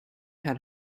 had